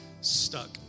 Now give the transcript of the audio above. stuck